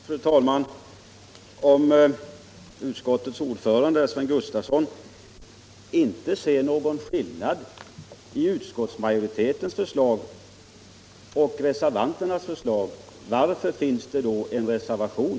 Fru talman! Utskottets ordförande, herr Sven Gustafson i Göteborg, Ersättning för drift finner inte någon skillnad mellan utskottsmajoritetens förslag och re — av icke lönsamma servanternas förslag, men varför finns det då en reservation?